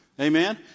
Amen